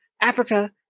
Africa